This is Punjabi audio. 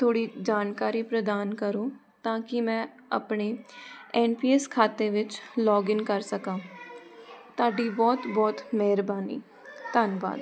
ਥੋੜ੍ਹੀ ਜਾਣਕਾਰੀ ਪ੍ਰਦਾਨ ਕਰੋ ਤਾਂ ਕਿ ਮੈਂ ਆਪਣੇ ਐਨ ਪੀ ਐਸ ਖਾਤੇ ਵਿੱਚ ਲੋਗਇਨ ਕਰ ਸਕਾਂ ਤੁਹਾਡੀ ਬਹੁਤ ਬਹੁਤ ਮਿਹਰਬਾਨੀ ਧੰਨਵਾਦ